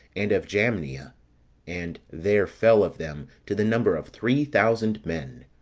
and of jamnia and there fell of them to the number of three thousand men.